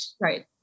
Right